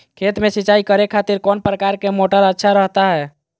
खेत में सिंचाई करे खातिर कौन प्रकार के मोटर अच्छा रहता हय?